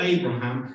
Abraham